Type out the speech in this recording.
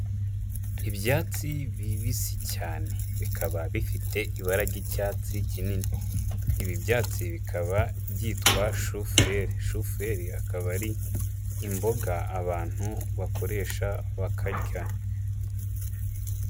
Ibyatsi bibisi cyane. Bikaba bifite ibara ry'icyatsi kinini. Ibi byatsi bikaba byitwa shufurere. Shufurere akaba ari imboga abantu bakoresha bakarya.